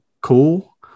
cool